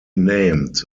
named